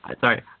Sorry